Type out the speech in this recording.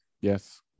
Yes